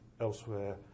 elsewhere